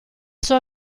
sua